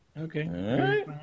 Okay